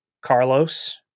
Carlos